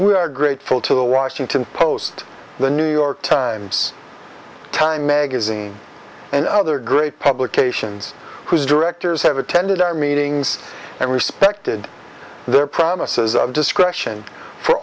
we are grateful to the washington post the new york times time magazine and other great publications whose directors have attended our meetings and respected their promises of discretion for